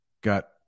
got